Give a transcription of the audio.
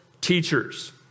teachers